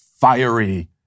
fiery